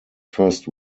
first